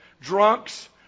drunks